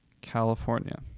California